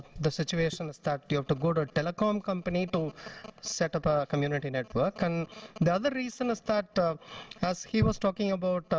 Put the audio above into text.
the situation is that you have to go to a telecom company to set up a community network. and the other reason is that as he was talking about,